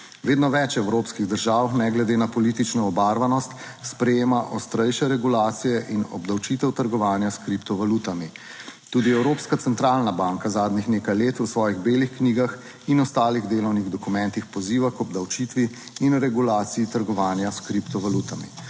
Vedno več evropskih držav, ne glede na politično obarvanost, sprejema ostrejše regulacije in obdavčitev trgovanja s kriptovalutami. Tudi Evropska centralna banka zadnjih nekaj let v svojih belih knjigah in ostalih delovnih dokumentih poziva k obdavčitvi in regulaciji trgovanja s kriptovalutami.